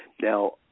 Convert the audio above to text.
Now